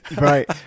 Right